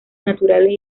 naturales